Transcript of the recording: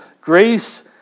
Grace